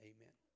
Amen